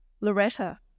Loretta